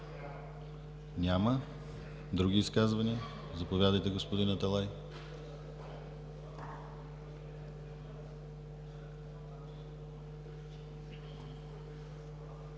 Няма. Други изказвания? Заповядайте, господин Аталай.